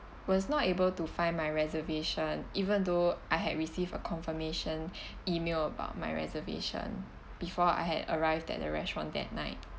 was not able to find my reservation even though I had received a confirmation email about my reservation before I had arrived at the restaurant that night